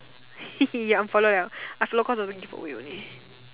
unfollow liao I follow cause of the give away only